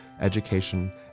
education